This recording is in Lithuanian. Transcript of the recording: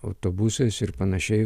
autobusais ir panašiai